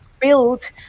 build